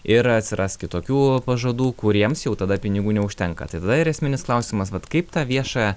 ir atsiras kitokių pažadų kuriems jau tada pinigų neužtenka tai tada ir esminis klausimas vat kaip tą viešą